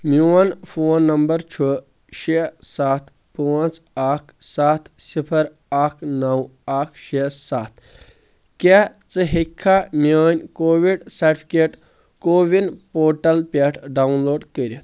میون phone number چھُ شےٚ سَتھ پانٛژھ اکھ سَتھ صِفر اکھ نَو اکھ شےٚ سَتھ کیاہ ژٕ ہیٚکھا میٲنۍ کووِڈ سرٹیفکیٹ کووِن پوٹَل پیٹھ ڈاوُن لوڈ کٔرِتھ